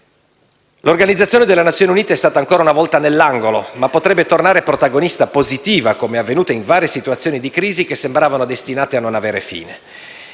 L'Organizzazione delle Nazioni Unite è stata ancora una volta nell'angolo, ma potrebbe tornare protagonista positiva, come avvenuto in varie situazioni di crisi che sembravano destinate a non avere fine.